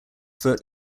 foot